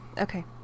Okay